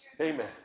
Amen